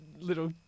little